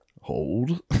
Hold